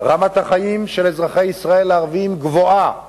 רמת החיים של אזרחי ישראל הערבים גבוהה